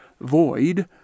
void